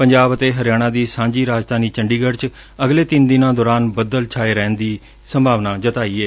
ਪੰਜਾਬ ਅਤੇ ਹਰਿਆਣਾ ਦੀ ਸਾਂਝੀ ਰਾਜਧਾਨੀ ਚੰਡੀਗੜ੍ ਚ ਅਗਲੇ ਤਿੰਨ ਦਿਨਾਂ ਦੌਰਾਨ ਬੱਦਲ ਛਾਏ ਰਹਿਣ ਦੀ ਸੰਭਾਵਨਾ ਏ